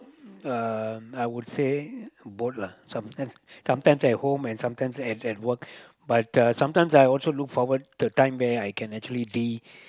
um I would say work lah sometimes sometimes at home and sometimes at at work but uh sometimes I also look forward the time where I can actually de